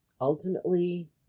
ultimately